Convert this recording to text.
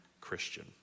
Christian